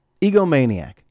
egomaniac